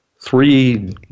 three